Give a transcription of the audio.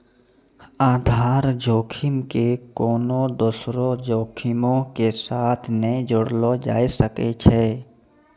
आधार जोखिम के कोनो दोसरो जोखिमो के साथ नै जोड़लो जाय सकै छै